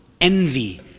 envy